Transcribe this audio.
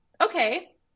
okay